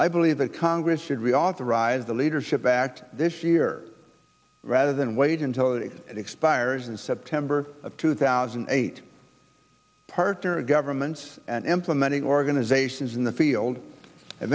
i believe the congress should reauthorize the leadership back this year rather than wait until it expires in september of two thousand and eight partner governments and implementing organizations in the field and